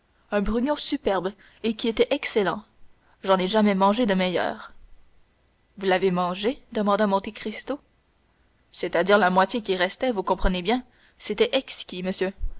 un brugnon superbe et qui était excellent je n'en ai jamais mangé de meilleur vous l'avez mangé demanda monte cristo c'est-à-dire la moitié qui restait vous comprenez bien c'était exquis monsieur